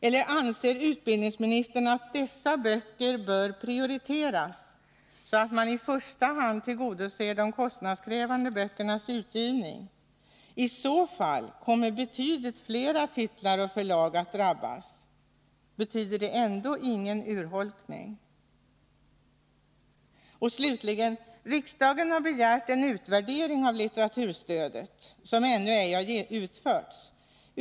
Eller anser utbildningsministern att dessa böcker bör prioriteras, så att man i första hand tillgodoser de kostnadskrävande böckernas utgivning? I så fall kommer betydligt fler titlar och förlag att drabbas. Betyder det ändå ingen urholkning? Slutligen: Riksdagen har begärt en utvärdering av litteraturstödet. Den har ännu inte gjorts.